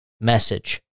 message